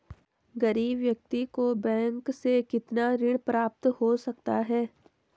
गरीब व्यक्ति को बैंक से कितना ऋण प्राप्त हो सकता है?